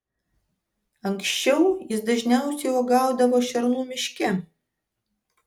anksčiau jis dažniausiai uogaudavo šernų miške